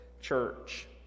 church